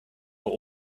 are